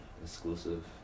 Exclusive